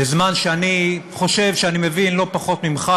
בזמן שאני חושב שאני מבין לא פחות ממך,